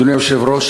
אדוני היושב-ראש,